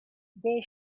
they